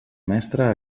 mestre